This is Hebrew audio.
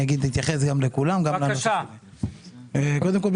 קודם כול,